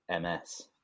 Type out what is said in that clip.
MS